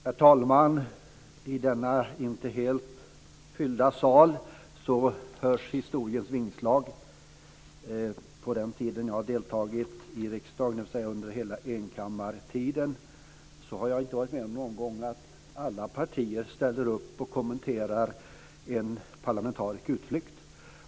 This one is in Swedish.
Herr talman! I denna inte helt fyllda sal hörs historiens vingslag. På den tiden jag har deltagit i riksdagen, dvs. under hela enkammartiden, har jag inte varit med om någon gång att alla partier ställt upp och kommenterat en parlamentarisk utflykt.